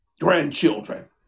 grandchildren